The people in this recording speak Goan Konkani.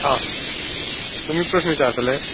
हा तुमी प्रश्न विचारतले